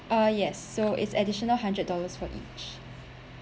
uh yes so it's additional hundred dollars for each